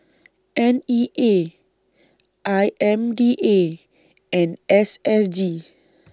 N E A I M D A and S S G